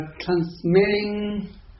transmitting